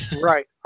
Right